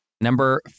Number